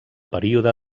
període